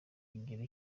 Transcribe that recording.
kugira